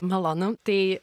malonu tai